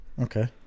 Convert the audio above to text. Okay